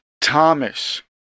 Thomas